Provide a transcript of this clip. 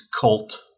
cult